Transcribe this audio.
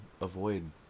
avoid